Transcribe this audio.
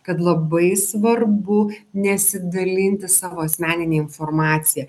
kad labai svarbu nesidalinti savo asmenine informacija